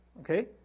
Okay